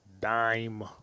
Dime